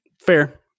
Fair